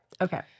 Okay